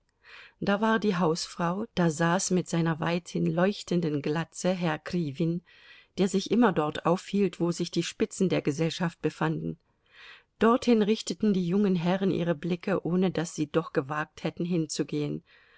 da war die hausfrau da saß mit seiner weithin leuchtenden glatze herr kriwin der sich immer dort aufhielt wo sich die spitzen der gesellschaft befanden dorthin richteten die jungen herren ihre blicke ohne daß sie doch gewagt hätten hinzugehen